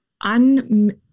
un